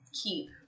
keep